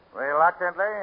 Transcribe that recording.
Reluctantly